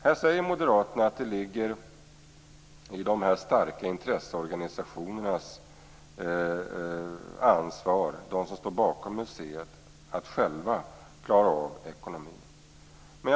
Här säger Moderaterna att det är de starka intresseorganisationernas ansvar att själva klara ekonomin.